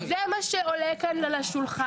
זה מה שעולה כאן על השולחן.